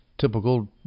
typical